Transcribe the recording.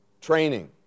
training